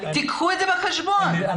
קחו את זה בחשבון.